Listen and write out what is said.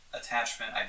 Attachment